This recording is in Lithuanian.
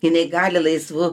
jinai gali laisvu